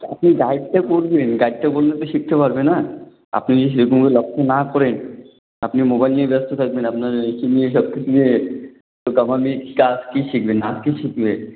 তো আপনি গাইডটা করবেন গাইডটা করলে তো শিখতে পারবে না আপনি যদি সেরকম করে লক্ষ্য না করেন আপনি মোবাইল নিয়ে ব্যস্ত থাকবেন আপনি একে নিয়ে সব কিছু নিয়ে তো আমার মেয়ে কাজ কী শিখবে নাচ কী শিখবে